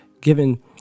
given